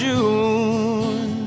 June